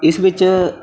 ਇਸ ਵਿੱਚ